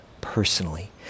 personally